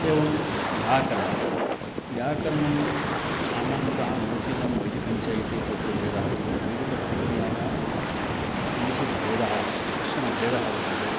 एवं व्याकरणं व्याकरणं सामान्यतः लौकिकं वैदिकञ्च इति तत्र भेदः वर्तते वैदिकप्रक्रियायां किञ्चित् भेदः कश्चन भेदः वर्तते